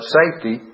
safety